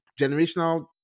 generational